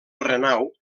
renau